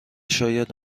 شاید